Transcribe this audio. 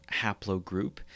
haplogroup